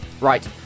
Right